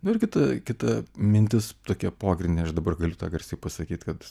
nu ir kita kita mintis tokia pogrindinėj aš dabar galiu garsiai pasakyt kad